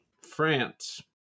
France